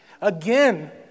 again